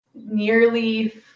nearly